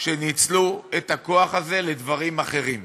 שניצלו את הכוח הזה לדברים אחרים.